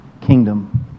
kingdom